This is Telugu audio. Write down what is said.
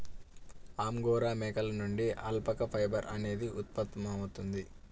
అంగోరా మేకల నుండి అల్పాకా ఫైబర్ అనేది ఉత్పత్తవుతుంది